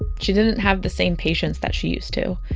she didn't have the same patience that she used to.